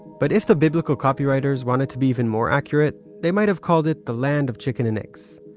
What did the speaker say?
but if the biblical copywriters wanted to be even more accurate, they might have called it the land of chickens and eggs.